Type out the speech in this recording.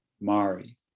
Mari